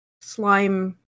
slime